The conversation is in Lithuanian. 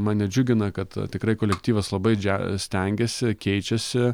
mane džiugina kad tikrai kolektyvas labai džia stengiasi keičiasi